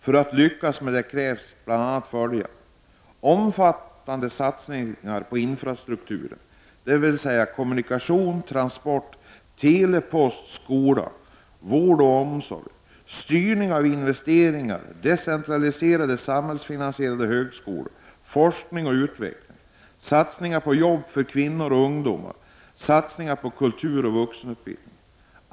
För att lyckas med det krävs bl.a. följande: omfattande satsningar på infrastrukturen, dvs. kommunikationer, transporter, tele, post, skola, vård, omsorg, styrning av investeringarna, decentraliserade samhällsfinansierade högskolor, forskning och utveckling, satsningar på arbete för kvinnor och ungdomar samt satsningar på kultur och vuxenutbildning.